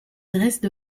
dressent